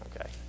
Okay